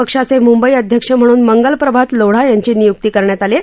पक्षाच्या मुंबई अध्यक्ष म्हणून मंगल प्रभात लोढा यांची नियुक्ती करण्यात आली आहे